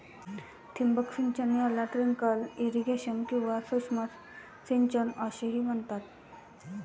ठिबक सिंचन याला ट्रिकल इरिगेशन किंवा सूक्ष्म सिंचन असेही म्हणतात